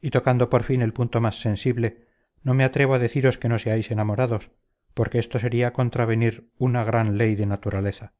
y tocando por fin el punto más sensible no me atrevo a deciros que no seáis enamorados porque esto sería contravenir una gran ley de naturaleza